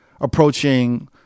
approaching